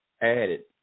added